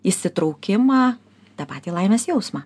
įsitraukimą tą patį laimės jausmą